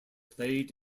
played